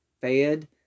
fed